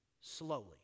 slowly